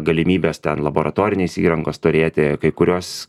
galimybes ten laboratorinės įrangos turėti kai kurios